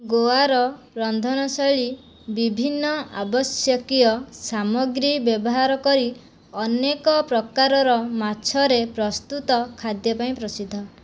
ଗୋଆର ରନ୍ଧନଶୈଳୀ ବିଭିନ୍ନ ଆବଶ୍ୟକୀୟ ସାମଗ୍ରୀ ବ୍ୟବହାର କରି ଅନେକ ପ୍ରକାରର ମାଛରେ ପ୍ରସ୍ତୁତ ଖାଦ୍ୟପାଇଁ ପ୍ରସିଦ୍ଧ